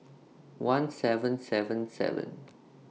one seven seven seven